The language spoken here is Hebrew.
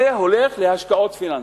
אלא הולך להשקעות פיננסיות.